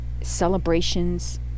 celebrations